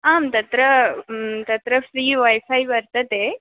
आं तत्र तत्र फ़्री वैफ़ै वर्तते